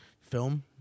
film